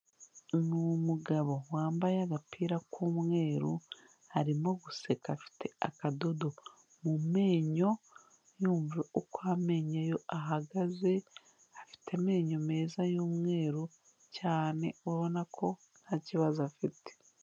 Ni umugabo wambaye agapira k'umweru, arimo guseka afite akadodo mu menyo yumva uko amenyo ye ahagaze, afite amenyo meza y'umweru cyane ubona ko nta kibazo afite.